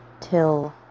Till